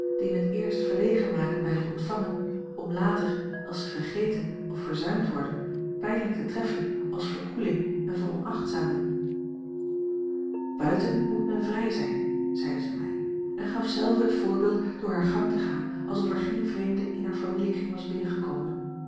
die in het eerst verlegen maken bij het ontvangen om later als ze vergeten of verzuimd worden pijnlijk te treffen als verkoeling en veronachtzaming buiten moet men vrij zijn zeide zij mij en gaf zelve het voorbeeld door haar gang te gaan alsof er geen vreemde in haar familiekring was binnengekomen